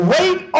Wait